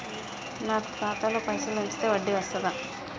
నాకు ఖాతాలో పైసలు ఉంచితే వడ్డీ వస్తదా?